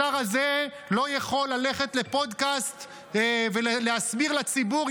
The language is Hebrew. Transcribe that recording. השר הזה לא יכול ללכת לפודקאסט ולהסביר לציבור.